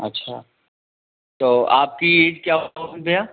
अच्छा तो आपकी एज क्या होगी भैया